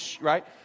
Right